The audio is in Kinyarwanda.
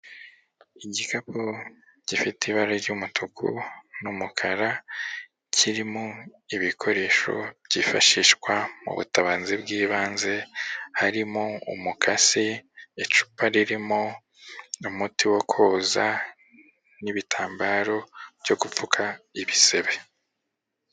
Igikapu gifite ibara ry'umutuku n'umukara, kirimo ibikoresho byifashishwa mu butabazi bw'ibanze, harimo umukasi, icupa ririmo umuti wo koza, n'ibitambaro byo gupfuka ibisebe.